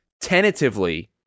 tentatively